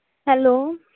hello